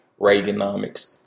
Reaganomics